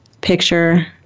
picture